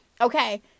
okay